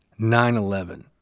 9-11